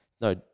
No